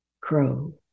crow